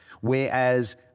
Whereas